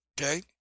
okay